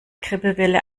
grippewelle